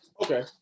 Okay